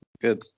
good